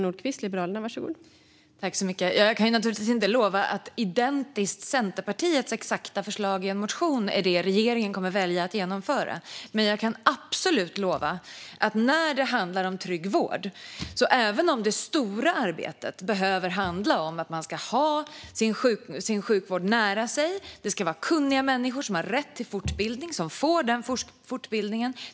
Fru talman! Jag kan naturligtvis inte lova att regeringen kommer att välja att genomföra exakt Centerpartiets förslag i en motion. Men jag kan absolut lova något när det handlar om trygg vård. Det stora arbetet behöver handla om att man ska ha sin sjukvård nära sig. Det ska vara kunniga människor, som har rätt till fortbildning och som får den fortbildningen.